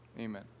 Amen